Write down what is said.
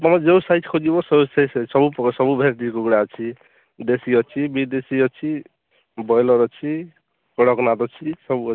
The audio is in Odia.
ତୁମେ ଯେଉଁ ସାଇଜ୍ ଖୋଜିବ ସେଇ ସାଇଜ୍ ସବୁ ପ୍ରକାର ସବୁ ଭେରାଇଟି କୁକୁଡ଼ା ଅଛି ଦେଶୀ ଅଛି ବିଦେଶୀ ଅଛି ବଏଲର୍ ଅଛି କଡ଼କନାଥ ଅଛି ସବୁ ଅଛି